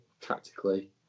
tactically